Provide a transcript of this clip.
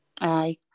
Aye